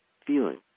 feeling